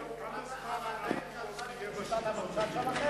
כמה זמן עוד תהיה בשלטון לפי דעתך?